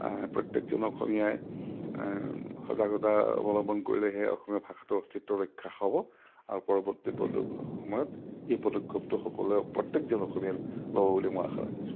প্ৰত্যেকজন অসমীয়াই সজাগতা অৱলম্বন কৰিলেহে অসমীয়া ভাষাটো অস্তিত্ব ৰক্ষা হ'ব আৰু পৰৱৰ্তী সময়ত এই পদক্ষেপটো সকলোৱে প্ৰত্যেকজন অসমীয়াই ল'ব বুলি মই আশা ৰাখিছোঁ